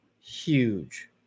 huge